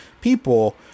people